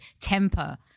temper